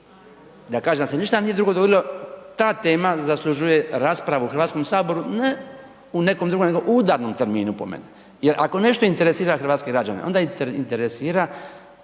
Da kažem da se ništa drugo nije dogodilo, ta tema zaslužuje raspravu u Hrvatskom saboru, ne u nekom drugom nego u udarnom terminu po meni. Jer ako nešto interesira hrvatske građane, onda interesira